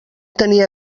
tenia